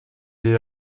des